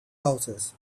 houses